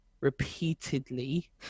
repeatedly